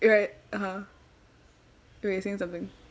right (uh huh) wait you saying something